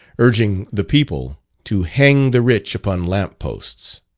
urging the people to hang the rich upon lamp posts.